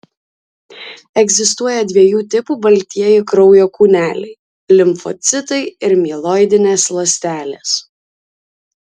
egzistuoja dviejų tipų baltieji kraujo kūneliai limfocitai ir mieloidinės ląstelės